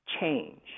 change